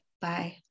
Bye